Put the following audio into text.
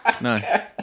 no